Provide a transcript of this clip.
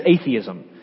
atheism